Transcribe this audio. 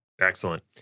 Excellent